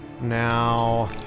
Now